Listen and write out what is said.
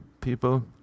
people